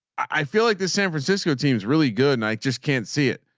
i feel like the san francisco team's really good. and i just can't see it.